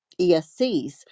ESCs